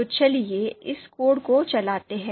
तो चलिए इस कोड को चलाते हैं